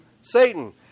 Satan